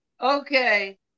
okay